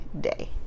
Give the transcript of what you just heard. day